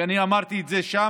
ואני אמרתי את זה שם,